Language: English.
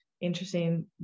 interesting